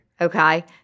Okay